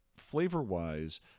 Flavor-wise